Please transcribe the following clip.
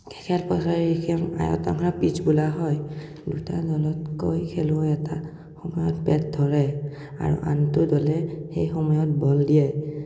পিটছ বোলা হয় দুটা দলতকৈ খেলুৱৈ এটা সময়ত বেট ধৰে আৰু আনটো দলে সেই সময়ত বল দিয়ে